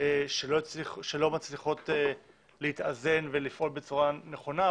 שלא מצליחות להתאזן ולפעול בצורה נכונה,